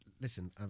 listen